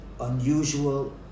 unusual